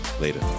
Later